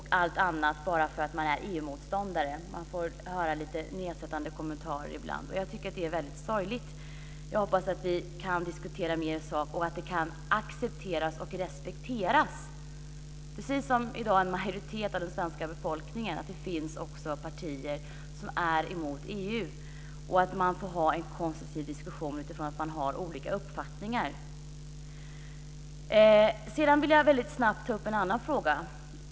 Man får som EU-motståndare ibland höra lite nedsättande kommentarer, och jag tycker att det är väldigt sorgligt. Jag hoppas att vi kan diskutera mer i sak och att vår inställning kan accepteras och respekteras. Den överensstämmer i dag med uppfattningen hos en majoritet av den svenska befolkningen, och det finns partier som är emot EU. Vi bör kunna föra en konstruktiv diskussion utifrån olika uppfattningar. Jag vill väldigt snabbt också ta upp en annan fråga.